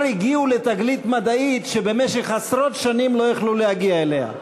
וכבר הגיעו לתגלית מדעית שבמשך עשרות שנים לא יכלו להגיע אליה.